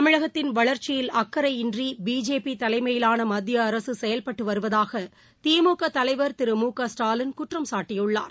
தமிழகத்தின் வளர்ச்சியில் அக்கறையின்றி பிஜேபி தலைமையிலான மத்திய அரசு செயல்பட்டு வருவதாக திமுக தலைவர் திரு முக ஸ்டாலின் குற்றம் சாட்டியுள்ளார்